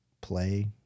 play